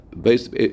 based